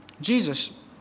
Jesus